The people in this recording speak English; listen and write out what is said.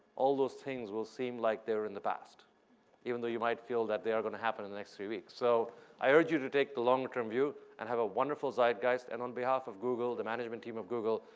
all those things will seem like they are in the past even though you might feel that they are going to happen in the next few weeks. so i urge you to the take the long-term view and have a wonderful zeitgeist. and on the behalf of google, the management team of google,